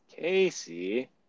Casey